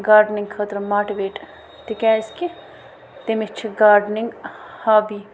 gardening خٲطرٕ motivate تِکیٛازِ کہِ تٔمِس چھِ گاڈنِنٛگ ہابی